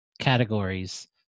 categories